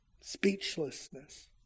speechlessness